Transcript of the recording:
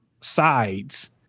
sides